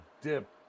dip